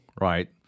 right